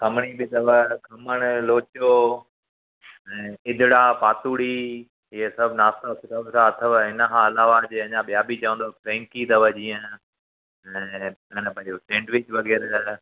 खमणी बि अथव खमण लोचो ऐं ईदड़ा पातुड़ी इहे सभु नाश्ता सुठा सुठा अथव इन खां अलावा जे अञा ॿिया बि चवंदव फ्रैकी अथव जीअं ऐं अन पंहिंजो सैंडविच वग़ैरह